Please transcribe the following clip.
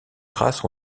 traces